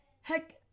Heck